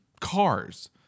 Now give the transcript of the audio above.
cars